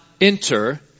enter